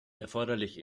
erforderlich